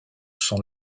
sont